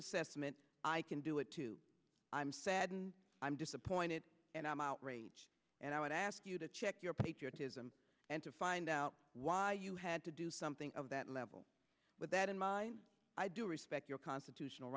assessment i can do it too i'm saddened i'm disappointed and i'm outraged and i would ask you to check your patriotism and to find out why you had to do something of that level with that in mind i do respect your constitutional